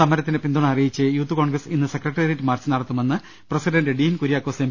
സമരത്തിന് പിന്തുണ അറിയിച്ച് യൂത്ത് കോൺഗ്രസ് ഇന്ന് ട സെക്രട്ടേറിയറ്റ് മാർച്ച് നടത്തുമെന്ന് പ്രസിഡന്റ് ഡീൻ കുര്യാക്കോസ് എം